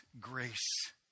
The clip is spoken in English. grace